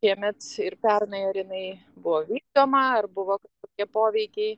šiemet ir pernai ar jinai buvo vykdoma ar buvo tie poveikiai